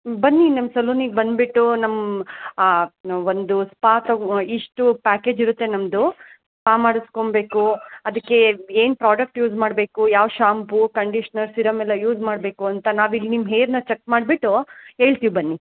ಬನ್ನಿ ನಮ್ಮ ಸಲೂನಿಗೆ ಬಂದ್ಬಿಟ್ಟು ನಮ್ಮ ಒಂದು ಸ್ಪಾ ತಗೋ ಇಷ್ಟು ಪ್ಯಾಕೇಜ್ ಇರುತ್ತೆ ನಮ್ದು ಸ್ಪಾ ಮಾಡಿಸ್ಕೊಬೇಕು ಅದಕ್ಕೇ ಏನು ಪ್ರಾಡಕ್ಟ್ ಯೂಸ್ ಮಾಡಬೇಕು ಯಾವ ಶ್ಯಾಂಪೂ ಕಂಡಿಷ್ನರ್ ಸಿರಮ್ ಎಲ್ಲ ಯೂಸ್ ಮಾಡಬೇಕು ಅಂತ ನಾವಿಲ್ಲಿ ನಿಮ್ಮ ಹೇರ್ನ ಚೆಕ್ ಮಾಡ್ಬಿಟ್ಟು ಹೇಳ್ತೀವ್ ಬನ್ನಿ